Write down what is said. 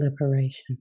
liberation